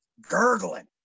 gurgling